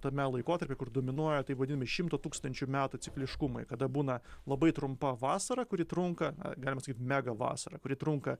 tame laikotarpyje kur dominuoja taip vadinami šimto tūkstančių metų cikliškumai kada būna labai trumpa vasara kuri trunka galima sakyt mega vasara kuri trunka